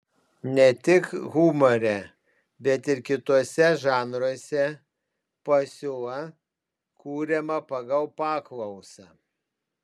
ne tik humore bet ir kituose žanruose pasiūla kuriama pagal paklausą